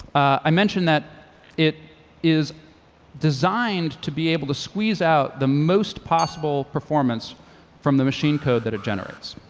i mentioned that it is designed to be able to squeeze out the most possible performance from the machine code that it generates.